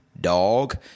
dog